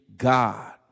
God